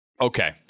Okay